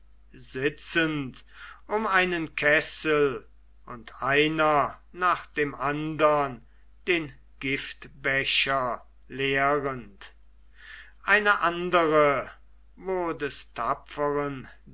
sitzend um einen kessel und einer nach dem andern den giftbecher leerend eine andere wo des tapferen